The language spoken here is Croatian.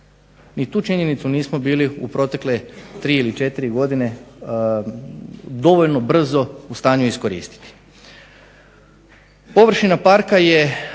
I tu činjenicu nismo bili u protekle 3 ili 4 godine dovoljno brzo u stanju iskoristiti.